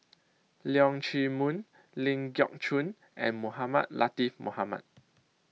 Leong Chee Mun Ling Geok Choon and Mohamed Latiff Mohamed